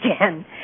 again